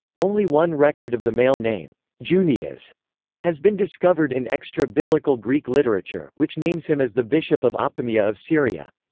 only one record of the male name junias has been discovered in extra-biblical greek literature, which names him as the bishop of apameia of syria.